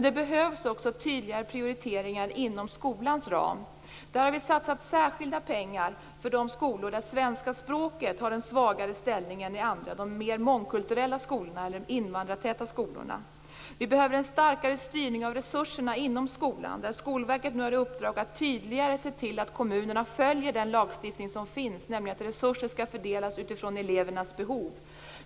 Det behövs också tydligare prioriteringar inom skolans ram. Vi har satsat särskilda pengar på de skolor där svenska språket har en svagare ställning än i andra - de mer mångkulturella eller invandrartäta skolorna. Vi behöver en starkare styrning av resurserna inom skolan. Skolverket har nu i uppdrag att tydligare se till att kommunerna följer den lagstiftning som finns, vilken innebär att resurser skall fördelas utifrån elevernas behov.